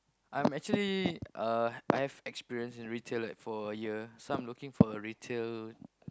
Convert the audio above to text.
I'm actually uh I have experience in retail like for a year so I'm looking for a retail